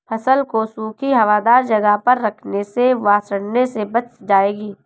फसल को सूखी, हवादार जगह पर रखने से वह सड़ने से बच जाएगी